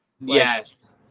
Yes